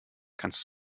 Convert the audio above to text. kannst